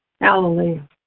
Hallelujah